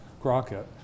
Crockett